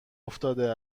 افتاده